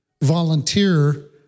volunteer